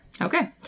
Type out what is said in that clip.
Okay